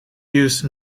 used